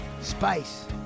Spice